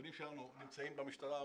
הבנים שלנו נמצאים במשטרה,